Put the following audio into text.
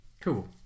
Cool